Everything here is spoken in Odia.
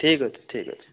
ଠିକ୍ ଅଛି ଠିକ୍ ଅଛି